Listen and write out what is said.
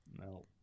No